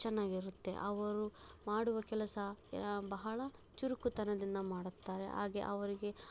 ಚೆನ್ನಾಗಿರುತ್ತೆ ಅವರು ಮಾಡುವ ಕೆಲಸ ಬಹಳ ಚುರುಕುತನದಿಂದ ಮಾಡ್ತಾರೆ ಹಾಗೇ ಅವರಿಗೆ